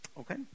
Okay